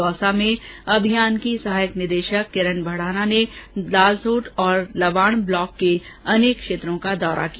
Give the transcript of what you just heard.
दौसा में अभियान की सहायक निदेशक किरण भड़ाना ने लालसोट और लवाण ब्लॉक के अनेक क्षेत्रों का दौरा किया